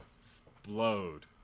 explode